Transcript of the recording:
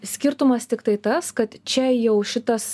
skirtumas tiktai tas kad čia jau šitas